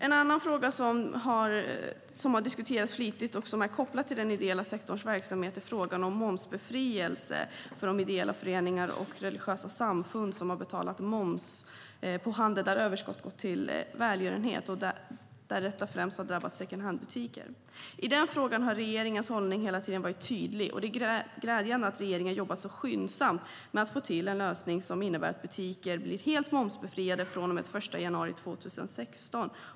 En annan fråga som har diskuterats flitigt och som är kopplad till den ideella sektorns verksamhet är frågan om momsbefrielse för de ideella föreningar och religiösa samfund som har betalat moms på handel där överskottet går till välgörenhet. Detta har främst drabbat secondhandbutiker. I denna fråga har regeringens hållning hela tiden varit tydlig, och det är glädjande att regeringen jobbat så skyndsamt med att få till en lösning som innebär att butiker blir helt momsbefriade från och med den 1 januari 2016.